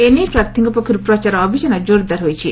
ଏ ନେଇ ପ୍ରାର୍ଥୀଙ୍କ ପକ୍ଷରୁ ପ୍ରଚାର ଅଭିଯାନ କୋରଦାର ହୋଇଛି